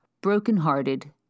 brokenhearted